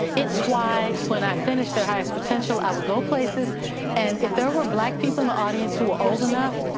it's why when i finish their highest potential, i will go places and if there were black people in the audience who were old enough,